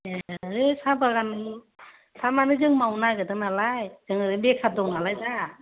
ए है साहा बागान थारमानि जों मावनो नागेरदों नालाय जों ओरैनो बेखार दं नालाय दा